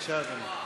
בבקשה, אדוני.